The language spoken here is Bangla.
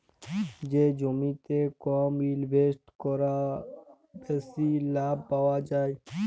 যে জমিতে কম ইলভেসেট ক্যরে বেশি লাভ পাউয়া যায়